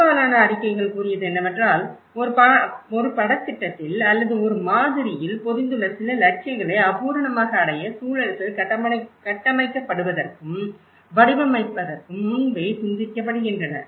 பெரும்பாலான அறிக்கைகள் கூறியது என்னவென்றால் ஒரு படத் திட்டத்தில் அல்லது ஒரு மாதிரியில் பொதிந்துள்ள சில இலட்சியங்களை அபூரணமாக அடைய சூழல்கள் கட்டமைக்கப்படுவதற்கும் வடிவமைப்பதற்கும் முன்பே சிந்திக்கப்படுகின்றன